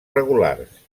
regulars